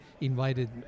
invited